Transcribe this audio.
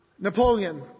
Napoleon